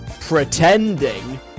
Pretending